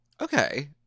Okay